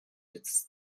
des